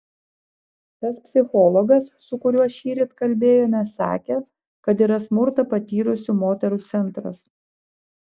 tas psichologas su kuriuo šįryt kalbėjome sakė kad yra smurtą patyrusių moterų centras